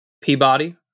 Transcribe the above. Peabody